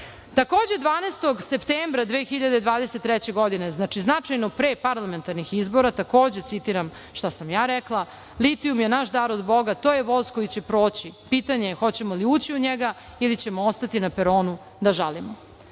12. septembra. 2023. godine, znači, značajno pre parlamentarnih izbora, takođe citiram šta sam ja rekla: „Litijum je naš dar od Boga, to je voz koji će proći, pitanje je hoćemo li ući u njega ili ćemo ostati na peronu da žalimo.“Da